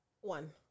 One